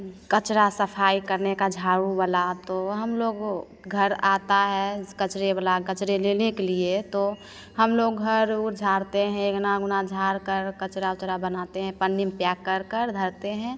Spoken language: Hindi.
कचरा सफ़ाई करने का झाड़ूवाला तो हमलोग के घर आता है कचरावाला कचरा लेने के लिए तो हमलोग घर उर झाड़ते हैं अँगना उँगना झाड़कर कचरा उचरा बनाते हैं पन्नी में पैक कर कर धरते हैं